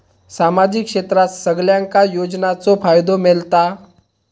सामाजिक क्षेत्रात सगल्यांका योजनाचो फायदो मेलता?